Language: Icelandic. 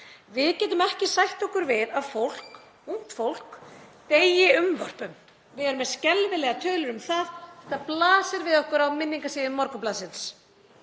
Við getum ekki sætt okkur við að fólk, ungt fólk, deyi unnvörpum. Við erum með skelfilegar tölur um það. Það blasir við okkur á minningarsíðum Morgunblaðsins.